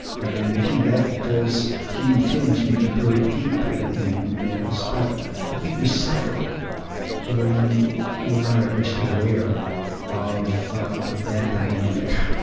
and again, those human feelings may be buried deep in many of us, but i think we suffer when we're not at least aware of that dynamic.